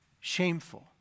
shameful